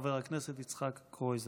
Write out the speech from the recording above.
חבר הכנסת יצחק קרויזר.